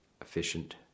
efficient